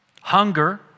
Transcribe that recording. Hunger